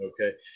Okay